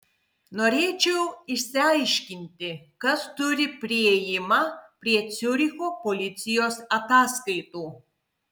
norėčiau išsiaiškinti kas turi priėjimą prie ciuricho policijos ataskaitų